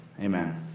Amen